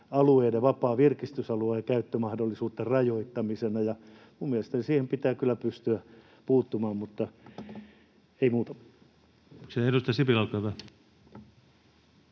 ylläpidettyjen virkistysalueiden käyttömahdollisuuden rajoittamisesta. Ja minun mielestäni siihen pitää kyllä pystyä puuttumaan. Mutta ei muuta.